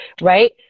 right